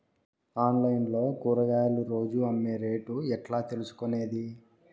Online లో కూరగాయలు రోజు అమ్మే రేటు ఎట్లా తెలుసుకొనేది?